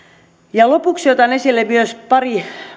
lopuksi otan esille myös pari